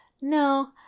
no